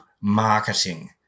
marketing